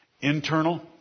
Internal